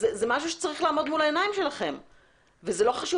זה משהו שצריך לעמוד לנגד עיניכם ולא חשוב